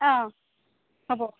অঁ হ'ব